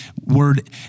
word